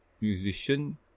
musician